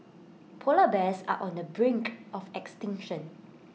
Polar Bears are on the brink of extinction